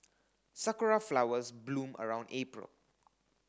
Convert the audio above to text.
sakura flowers bloom around April